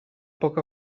poco